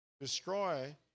Destroy